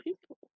people